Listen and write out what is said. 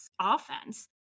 offense